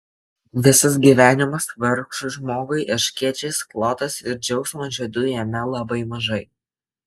visas gyvenimas vargšui žmogui erškėčiais klotas ir džiaugsmo žiedų jame labai mažai